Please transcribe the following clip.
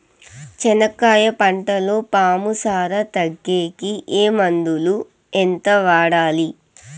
చెనక్కాయ పంటలో పాము సార తగ్గేకి ఏ మందులు? ఎంత వాడాలి?